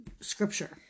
scripture